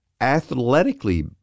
athletically